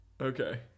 Okay